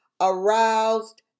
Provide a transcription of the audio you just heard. aroused